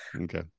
Okay